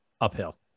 uphill